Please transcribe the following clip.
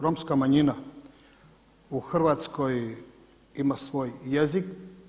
Romska manjina u Hrvatskoj ima svoj jezik.